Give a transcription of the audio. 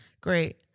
Great